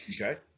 Okay